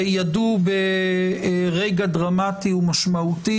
שידעו ברגע דרמטי ומשמעותי,